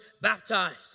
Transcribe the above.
baptized